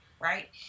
right